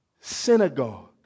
synagogue